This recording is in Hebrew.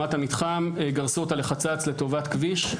המתחם, גרסו אותה לחצץ לטובת כביש,